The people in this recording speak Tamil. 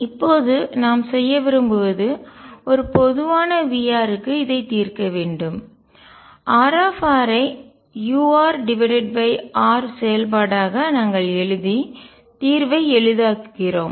இப்போது நாம் செய்ய விரும்புவது ஒரு பொதுவான V க்கு இதைத் தீர்க்க வேண்டும் R ஐ urr செயல்பாடாக நாங்கள் எழுதி தீர்வை எளிதாக்குகிறோம்